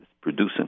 producing